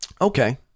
Okay